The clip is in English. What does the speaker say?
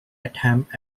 attempt